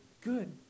Good